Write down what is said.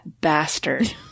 bastard